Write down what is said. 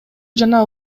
жана